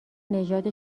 نژاد